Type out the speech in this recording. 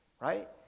right